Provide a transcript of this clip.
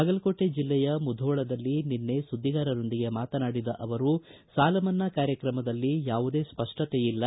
ಬಾಗಲಕೋಟೆ ಜಿಲ್ಲೆಯ ಮುಧೋಳದಲ್ಲಿ ನಿನ್ನೆ ಸುದ್ದಿಗಾರರೊಂದಿಗೆ ಮಾತನಾಡಿದ ಅವರು ಸಾಲ ಮನ್ನಾ ಕಾರ್ಯಕ್ರಮದಲ್ಲಿ ಯಾವುದೇ ಸ್ಪಷ್ಟತೆ ಇಲ್ಲ